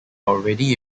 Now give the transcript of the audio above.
already